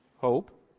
hope